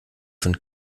von